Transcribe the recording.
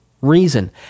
reason